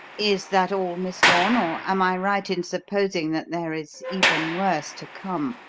is that all, miss lorne, or am i right in supposing that there is even worse to come?